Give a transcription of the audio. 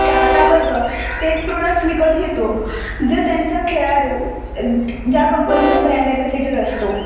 चाहता वर्ग तेच प्रोडक्ट्स विकत घेतो जे त्यांचा खेळाडू ज्या कंपनीचा ब्रँड एम्बॅसिटर असतो